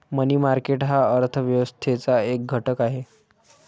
मनी market हा अर्थ व्यवस्थेचा एक घटक आहे